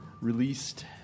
released